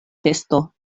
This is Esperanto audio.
festo